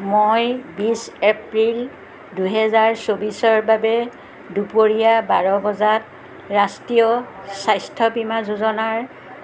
মই বিছ এপ্ৰিল দুই হেজাৰ চৌবিচৰ বাবে দুপৰীয়া বাৰ বজাত ৰাষ্ট্ৰীয় স্বাস্থ্য বীমা যোজনাৰ